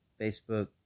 Facebook